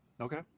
Okay